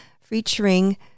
featuring